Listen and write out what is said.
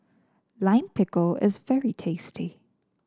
Lime Pickle is very tasty